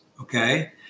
Okay